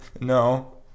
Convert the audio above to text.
no